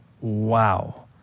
Wow